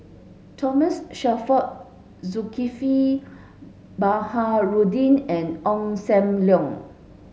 Thomas Shelford Zulkifli Baharudin and Ong Sam Leong